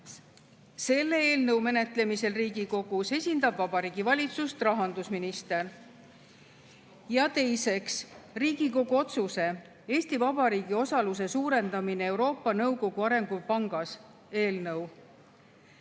Selle eelnõu menetlemisel Riigikogus esindab Vabariigi Valitsust rahandusminister. Ja teiseks, Riigikogu otsuse "Eesti Vabariigi osaluse suurendamine Euroopa Nõukogu Arengupangas" eelnõu.